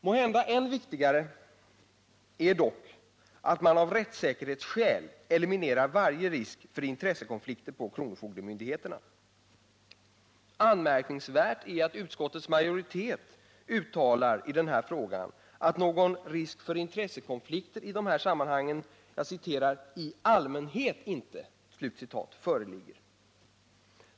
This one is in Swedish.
Måhända än viktigare är dock att man av rättssäkerhetsskäl eliminerar varje risk för intressekonflikter på kronofogdemyndigheterna. Anmärkningsvärt är att utskottets majoritet i den här frågan uttalar att någon risk för intressekonflikter i de här sammanhangen ”i allmänhet inte” föreligger.